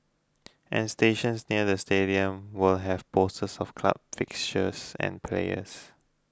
and stations near to stadiums will have posters of club fixtures and players